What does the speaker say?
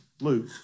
Luke